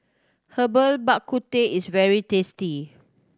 Herbal Bak Ku Teh is very tasty